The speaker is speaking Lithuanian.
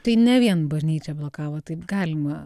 tai ne vien bažnyčia blokavo taip galima